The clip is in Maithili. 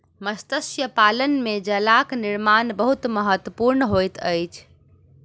मत्स्य पालन में जालक निर्माण बहुत महत्वपूर्ण होइत अछि